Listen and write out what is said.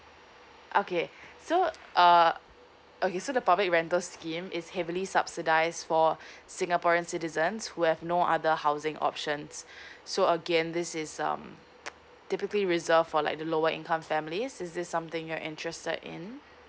okay so uh okay so the public rental scheme is heavily subsidize for singaporeans citizens who have no other housing options so again this is um typically reserved for like the lower income families is this something you're interested in